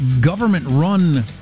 government-run